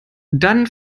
dann